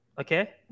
okay